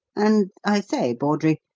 and, i say, bawdrey,